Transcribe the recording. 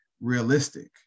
Realistic